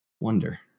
Wonder